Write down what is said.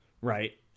right